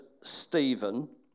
Stephen